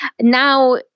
now